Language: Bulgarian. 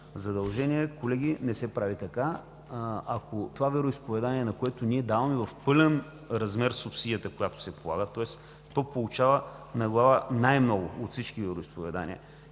задължения. Колеги, не се прави така. Ако това вероизповедание, на което ние даваме в пълен размер субсидията, която се полага, тоест то получава на глава най-много от всички вероизповедания,